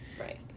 Right